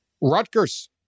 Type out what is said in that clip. Rutgers